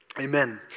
amen